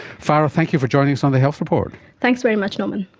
farah, thank you for joining us on the health report. thanks very much norman.